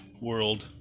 world